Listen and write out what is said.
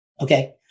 Okay